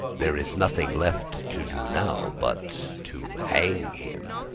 there is nothing left to do now but to hang him.